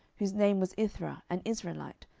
whose name was ithra an israelite,